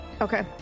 Okay